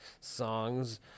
songs